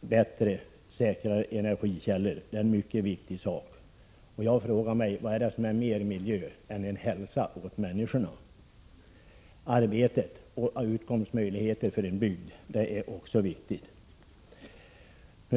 bättre och säkrare energikällor är mycket vunnet. Vad är bättre miljö än att ge människor god hälsa? Arbete och utkomstmöjligheter för en bygds befolkning är också viktiga saker.